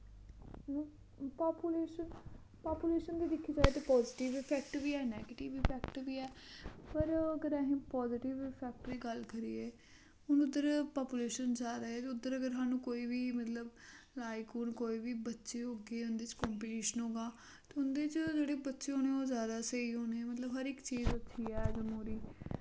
population population वी दिक्खी जाए ते पाजिटिव इफैक्ट वी हैन नैगेटिव इफैक्ट वि ऐ पर अगर असें पाजिटिव इफैक्ट दी गल्ल करिये हून उध्दर पापुलेशन जैदा ऐ उद्धर अगर साह्नू कोई वी मतलव लाइक हून कोई वी बच्चे होग्गे उंदे च कम्पटीशन होग्गा ते उंदे च जेह्ड़े बच्चे होने जैदा स्हेई होने मतलव हर इक चीज अच्छी ऐ जम्मू दी